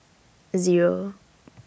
Zero